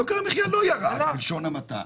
יוקר המחיה לא ירד בלשון המעטה.